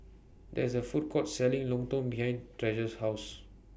There IS A Food Court Selling Lontong behind Treasure's House